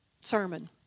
sermon